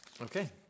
Okay